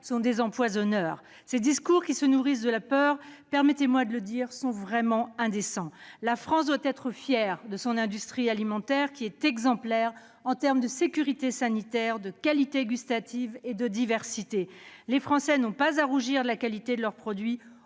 sont des empoisonneurs. Ces discours qui se nourrissent de la peur sont- permettez-moi de le dire -vraiment indécents. La France doit être fière de son industrie alimentaire, qui est exemplaire en matière de sécurité sanitaire, de qualité gustative et de diversité. Nous, Français, n'avons pas à rougir de la qualité de nos produits